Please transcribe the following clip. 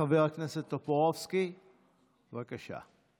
חבר הכנסת טופורובסקי, בבקשה.